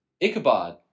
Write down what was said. Ichabod